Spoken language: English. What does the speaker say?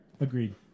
Agreed